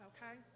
Okay